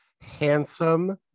handsome